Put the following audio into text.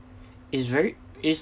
it's very it's